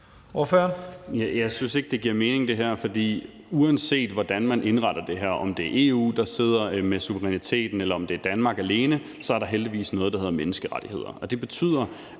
Jeg synes ikke, at det her giver mening, for uanset hvordan man indretter det, om det er EU, eller om det er Danmark alene, er der heldigvis noget, der hedder menneskerettigheder.